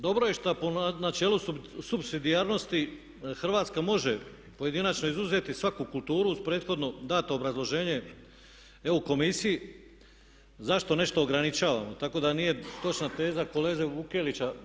Dobro je što je po načelu supsidijarnosti Hrvatska može pojedinačno izuzeti svaku kulturu uz prethodno dato obrazloženje EU Komisiji zašto nešto ograničavamo, tako da nije točna teza kolege Vukelića.